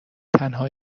تنها